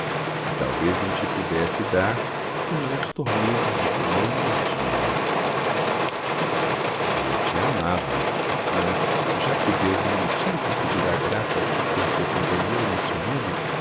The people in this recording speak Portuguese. que talvez não te pudesse dar senão os tormentos de seu longo martírio eu te amava mas já que deus não me tinha concedido a graça de ser tua companheira neste mundo